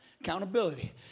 Accountability